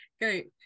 Great